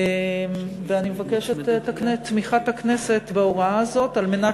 אני מבקשת את תמיכת הכנסת בהוראה הזאת על מנת